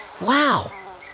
Wow